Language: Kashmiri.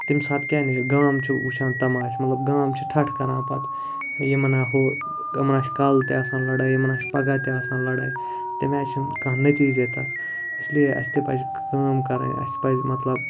تمہِ ساتہٕ کیٛاہ نیرِ گام چھُ وٕچھان تماشہِ مطلب گام چھِ ٹھَٹھٕ کَران پَتہٕ ہے یِمَن ہہ ہُہ یِمَن ہہ چھِ کالہٕ تہِ آسان لَڑٲے یِمَن ہہ چھِ پَگاہ تہِ آسان لَڑٲے تمہِ آے چھِنہٕ کانٛہہ نٔتیٖجے تَتھ اِسلیے اَسہِ تہِ پَزِ کٲم کَرٕنۍ اَسہِ پَزِ مطلب